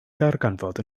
ddarganfod